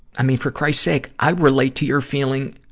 i mean, for christ sake, i relate to your feeling,